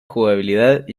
jugabilidad